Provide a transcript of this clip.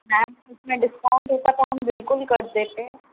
ma'am उसमें discount होता तो हम बिल्कुल कर देते